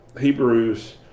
Hebrews